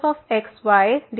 xy